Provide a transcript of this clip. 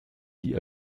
die